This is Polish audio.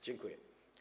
Dziękuję.